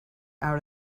out